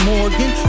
Morgan